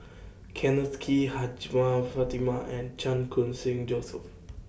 Kenneth Kee Hajjmah Fatimah and Chan Khun Sing Joseph